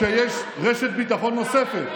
כשיש רשת ביטחון נוספת,